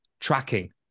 tracking